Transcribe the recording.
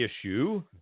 issue